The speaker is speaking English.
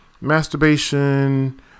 masturbation